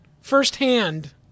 firsthand